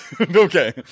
Okay